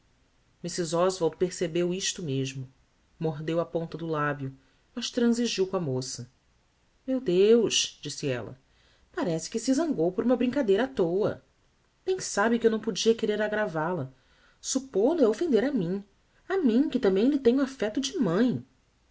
mercenaria mrs oswald percebeu isto mesmo mordeu a ponta do labio mas transigiu com a moça meu deus disse ella parece que se zangou por uma bricadeira á toa bem sabe que eu não podia querer aggraval a suppol o é offender me a mim a mim que também lhe tenho affecto de mãe